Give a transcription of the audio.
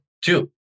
two